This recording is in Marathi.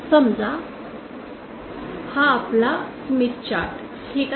समजा हा आपला स्मिथ चार्ट ठीक आहे